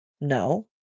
No